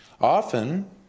often